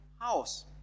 house